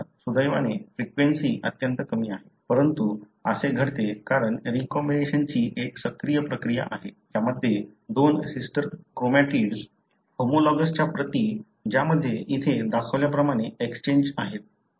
सुदैवाने फ्रिक्वेन्सी अत्यंत कमी आहे परंतु असे घडते कारण रीकॉम्बिनेशनची एक सक्रिय प्रक्रिया आहे ज्यामध्ये दोन सिस्टर क्रोमॅटिड्स होमोलॉगसच्या प्रती ज्यामध्ये इथे दाखवल्या प्रमाणे एक्सचेंज आहे